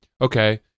okay